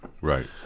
Right